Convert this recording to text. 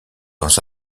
dans